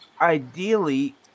ideally